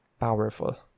powerful